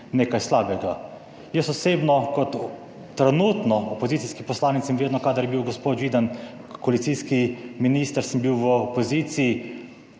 nekaj slabega. Jaz osebno kot trenutno opozicijski poslanec in vedno, kadar je bil gospod Židan koalicijski minister, sem bil v opoziciji.